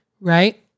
right